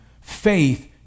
Faith